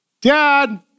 dad